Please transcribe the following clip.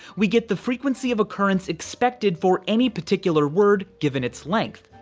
we get the frequency of occurrence expected for any particular word given its length.